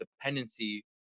dependency